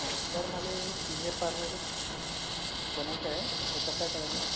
sir माले senior pharmacist बनायचंय तर कसं करानी